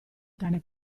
cane